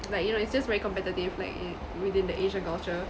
like you know it's just very competitive like in within the asian culture